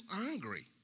angry